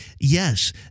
yes